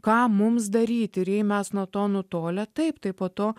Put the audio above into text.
ką mums daryti ir jei mes nuo to nutolę taip tai po to